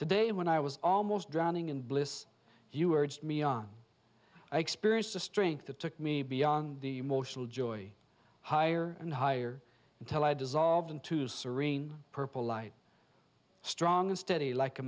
today when i was almost drowning in bliss you heard me on i experienced the strength that took me beyond the motional joy higher and higher until i dissolved into serene purple light strong and steady like a